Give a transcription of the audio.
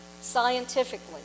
scientifically